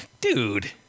Dude